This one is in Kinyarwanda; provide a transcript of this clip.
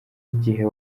igihe